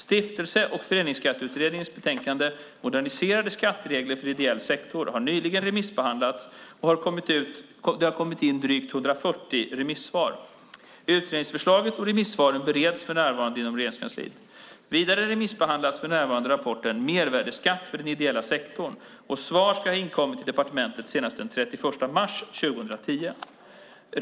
Stiftelse och föreningsskatteutredningens betänkande Moderniserade skatteregler för ideell sektor har nyligen remissbehandlats och det har kommit in drygt 140 remissvar. Utredningsförslaget och remissvaren bereds för närvarande inom Regeringskansliet. Vidare remissbehandlas för närvarande rapporten Mervärdesskatt för den ideella sektorn, m.m., och svar ska ha inkommit till departementet senast den 31 mars 2010.